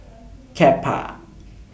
Kappa